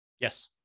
Yes